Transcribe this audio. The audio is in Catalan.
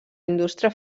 indústria